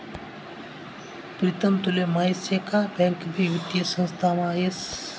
प्रीतम तुले माहीत शे का बँक भी वित्तीय संस्थामा येस